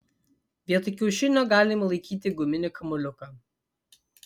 vietoj kiaušinio galima laikyti guminį kamuoliuką